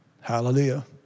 Hallelujah